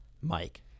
mike